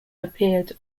appeared